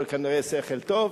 אבל כנראה שכל טוב,